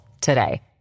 today